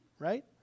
right